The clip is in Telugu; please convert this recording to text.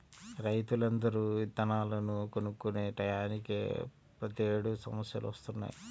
రైతులందరూ ఇత్తనాలను కొనుక్కునే టైయ్యానినే ప్రతేడు సమస్యలొత్తన్నయ్